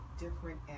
different